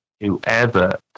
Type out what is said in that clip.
whoever